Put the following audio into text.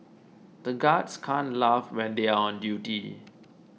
the guards can't laugh when they are on duty